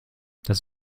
das